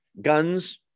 guns